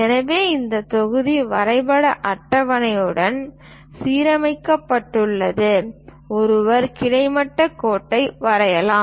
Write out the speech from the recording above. எனவே இந்த தொகுதி வரைபட அட்டவணையுடன் சீரமைக்கப்பட்டவுடன் ஒருவர் கிடைமட்ட கோட்டை வரையலாம்